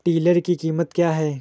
Tiller की कीमत क्या है?